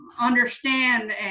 understand